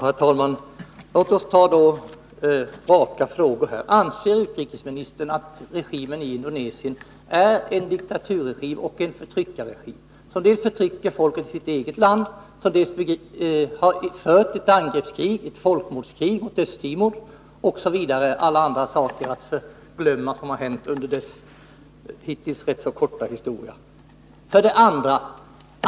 Herr talman! Låt oss då ta raka frågor: Anser utrikesministern att regimen i Indonesien är en diktaturoch förtryckarregim, som dels förtrycker folket i sitt eget land, dels för ett angreppskrig, ett folkmordskrig, mot Östtimor — andra saker icke att förglömma, som har hänt under landets hittills rätt korta historia?